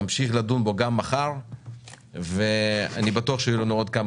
נמשיך לדון בו גם מחר ואני בטוח שיהיו לנו עוד כמה